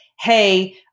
hey